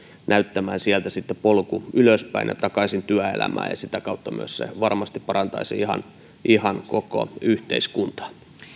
näyttämään sitten polku ylöspäin ja takaisin työelämään ja sitä kautta se varmasti myös parantaisi ihan ihan koko yhteiskuntaa